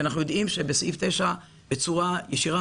אנחנו יודעים שעל פי סעיף 9 בצורה ישירה